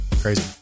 Crazy